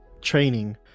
training